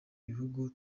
bihugu